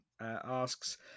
asks